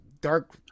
Dark